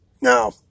Now